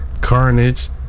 Carnage